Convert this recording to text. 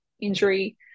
injury